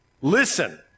listen